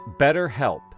BetterHelp